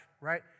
right